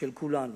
של כולנו.